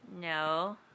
No